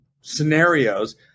scenarios